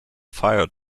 fire